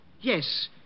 Yes